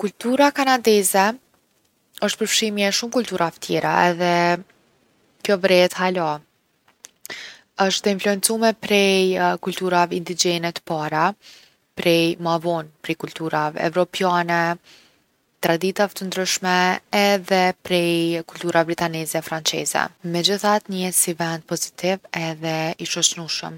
Kultura kanadeze osht përfshimje e shumë kulturave tjera edhe kjo vrehet hala. Osht e influencume prej kulturave indigjene t’para, prej- ma vonë prej kulturave evropiane, traditave t’ndryshme edhe prej kulturave britaneze franqeze. Megjithatë njihet si vend pozitiv edhe i shoqnushëm.